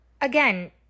again